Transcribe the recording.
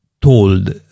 told